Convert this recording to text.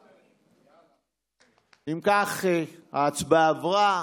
אם כך, ההצבעה עברה,